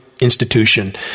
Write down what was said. institution